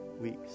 weeks